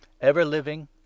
ever-living